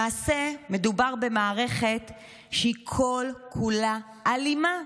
למעשה, מדובר במערכת שהיא כל-כולה אלימה,